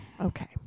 Okay